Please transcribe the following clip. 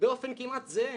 באופן כמעט זהה.